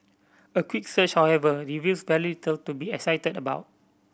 a quick search however reveals very little to be excited about